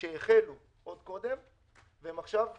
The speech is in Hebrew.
שהחלו עוד קודם והם עכשיו מטופלים.